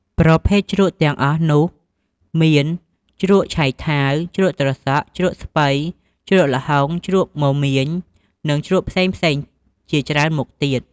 ប្រភេទជ្រក់ទាំងអស់នោះមាន ជ្រក់ឆៃថាវ ជ្រក់ត្រសក់ ជ្រក់ស្ពៃ ជ្រក់ល្ហុង ជ្រក់មមាញ និងជ្រក់ផ្សេងៗជាច្រើនមុខទៀត។